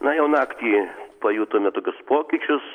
na jau naktį pajutome tokius pokyčius